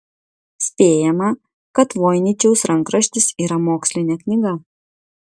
spėjama kad voiničiaus rankraštis yra mokslinė knyga